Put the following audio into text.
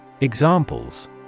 Examples